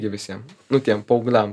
gi visiem nu tiem paaugliam